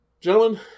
Gentlemen